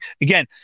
Again